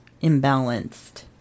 imbalanced